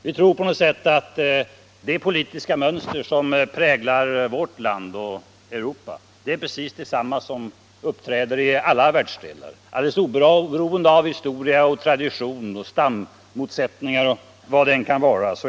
Vi tror att det politiska mönster som präglar vårt land och Europa är detsamma som uppträder i alla världsdelar. Oberoende av historia, tradition, stammotsättningar etc.